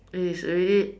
it is already